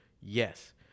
Yes